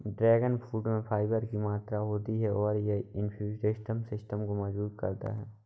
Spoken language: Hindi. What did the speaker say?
ड्रैगन फ्रूट में फाइबर की मात्रा होती है और यह इम्यूनिटी सिस्टम को मजबूत करता है